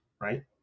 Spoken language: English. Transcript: right